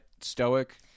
stoic